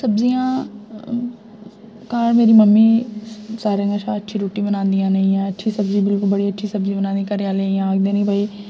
सब्जियां घर मेरी मम्मी सारें कशा अच्छी रुट्टी बनांदियां न इ'यां अच्छी सब्जी बड़ी अच्छी सब्जी बनादियां न घरे आह्ले इ'यां आखदे न भाई